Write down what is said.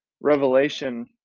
Revelation